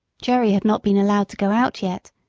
jerry had not been allowed to go out yet,